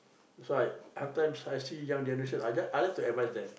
so I sometimes I see young generations I just I like to advice them